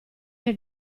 che